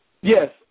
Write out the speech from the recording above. Yes